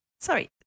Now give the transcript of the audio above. Sorry